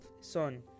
son